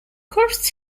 cursed